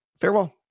farewell